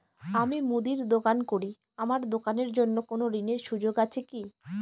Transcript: আমি মুদির দোকান করি আমার দোকানের জন্য কোন ঋণের সুযোগ আছে কি?